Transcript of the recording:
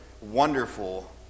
wonderful